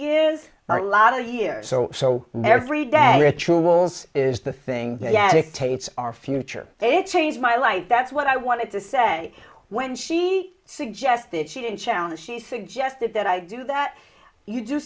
years are a lot of years so so every day rituals is the thing yeah dictates our future it changed my life that's what i wanted to say when she suggested she didn't challenge she suggested that i do that you do